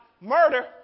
murder